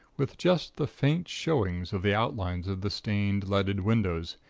with just the faint showings of the outlines of the stained, leaded windows,